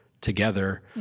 together